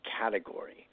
category